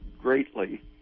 greatly